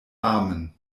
amen